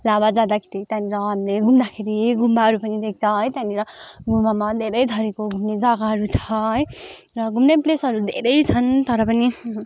लाभा जाँदाखेरि त्यहाँनिर हामीले घुम्दाखेरि गुम्बाहरू पनि देख्छौँ है त्यहाँनिर गुम्बामा धेरै थरीको घुम्ने जग्गाहरू छ है र घुम्ने प्लेसहरू धेरै छन् तर पनि